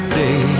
day